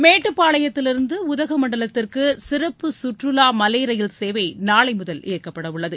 மேட்டுப்பாளையத்திலிருந்து உதகமண்டலத்திற்கு சிறப்பு குற்றுவா மலை ரயில் சேவை நாளை முதல் இயக்கப்பட உள்ளது